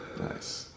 Nice